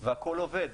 והכל עובד.